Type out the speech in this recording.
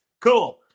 cool